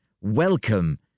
Welcome